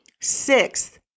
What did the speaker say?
Sixth